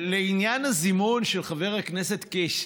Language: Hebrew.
לעניין הזימון של חבר הכנסת קיש,